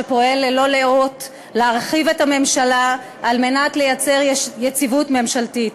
שפועל ללא לאות להרחיב את הממשלה כדי לייצר יציבות ממשלתית.